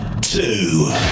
two